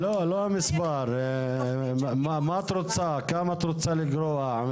לא המספר, מה את רוצה, כמה את רוצה לגרוע?